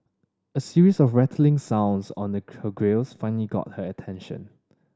a series of rattling sounds on the her grilles finally got her attention